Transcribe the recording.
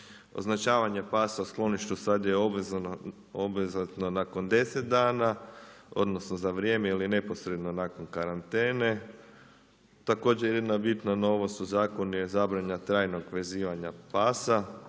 Označavanje pasa u skloništu sada je obvezatno nakon 10 dana, odnosno za vrijeme ili neposredno nakon karantene. Također jedna bitna novost u zakonu je zabrana trajnog vezivanja pasa.